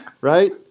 right